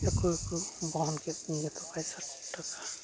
ᱟᱹᱠᱩᱜᱮ ᱠᱚ ᱵᱚᱦᱚᱱᱠᱮᱫ ᱛᱤᱧᱟᱹ ᱡᱚᱛᱚ ᱯᱟᱭᱥᱟ ᱴᱟᱠᱟ